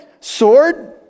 Sword